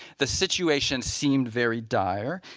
the situation seemed very dire.